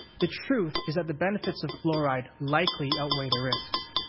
the truth is that the benefits of fluoride likely outweigh the risks.